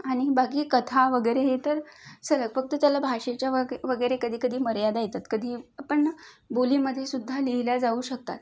बाकी कथा वगरे हे तर सर फक्त त्याला भाषेच्या वग वगैरे कधीकधी मर्यादा येतात कधी आपण ना बोलीमधेसुद्धा लिहिल्या जाऊ शकतात